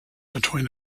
between